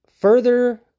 Further